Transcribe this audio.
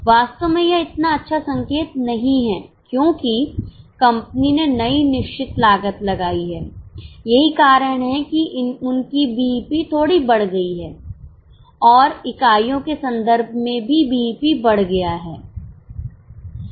वास्तव में यह इतना अच्छा संकेत नहीं हैं क्योंकि कंपनी ने नई निश्चित लागत लगाई है यही कारण है कि उनकी बीईपी थोड़ी बढ़ गई है और इकाइयों के संदर्भ में भी बीईपी बढ़ गया है